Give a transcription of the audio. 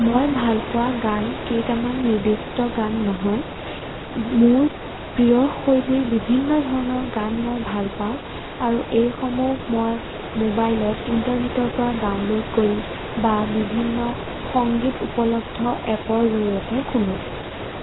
মই ভালপোৱা গান কেইটামান নিৰ্দিষ্ট গান নহয় মোৰ প্ৰিয় শৈলীৰ বিভিন্ন ধৰণৰ গান মই ভাল পাওঁ আৰু এইসমূহ মই মোবাইলত ইণ্টাৰনেটৰপৰা ডাউনলোড কৰি বা বিভিন্ন সংগীত উপলব্ধ এপৰ জৰিয়তে শুনোঁ